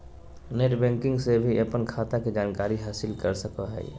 net banking से भी अपन खाता के जानकारी हासिल कर सकोहिये